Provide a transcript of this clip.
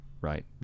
right